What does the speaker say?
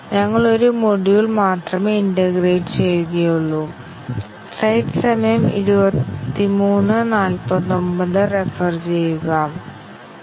നമ്മൾ ഒരു അരിതമെറ്റിക് ഓപ്പറേറ്ററെ പ്ലസ് ഇൽ നിന്ന് മൈനസ് ആയി മാറ്റിയേക്കാം അല്ലെങ്കിൽ ഒരു വേരിയബിളിന്റെ ടൈപ്പ് മാറ്റിയേക്കാം